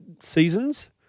seasons